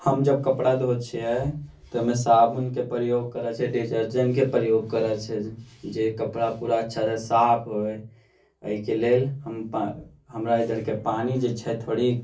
हम जब कपड़ा धोबैत छियै तऽ ओहिमे साबुनके प्रयोग करैत छियै डिटर्जेंटके प्रयोग करैत छियै जे कपड़ा पूरा अच्छा से साफ होइत एहिके लेल हम पा हमरा इधरके पानि जे छै थोड़ि